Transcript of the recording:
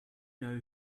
know